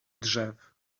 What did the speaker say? drzew